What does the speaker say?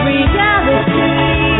Reality